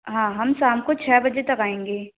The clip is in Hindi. हाँ हम शाम को छः बजे तक आएंगे